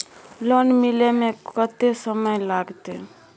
Loan मिले में कत्ते समय लागते?